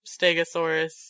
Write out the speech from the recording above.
stegosaurus